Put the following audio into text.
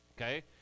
Okay